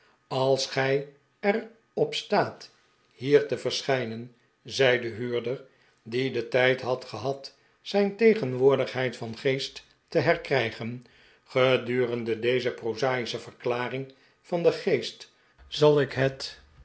als gij er op staat hier te verschijnen zei de huurder die den tijd had gehad zijn tegenwoordigheid van geest te herkrijgen gedurende deze prozai'sche verklaring van den geest zal ik het